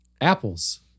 Apples